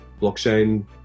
blockchain